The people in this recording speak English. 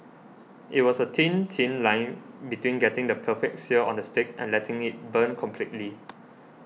it was a thin thin line between getting the perfect sear on the steak and letting it burn completely